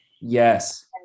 yes